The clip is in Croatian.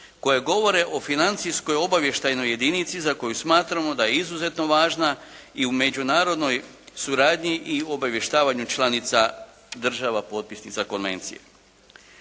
koje govore o financijskoj obavještajnoj jedinici za koju smatramo da je izuzetno važna i u međunarodnoj suradnji i u obavještavanju članica država potpisnica konvencije.